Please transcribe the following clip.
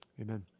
Amen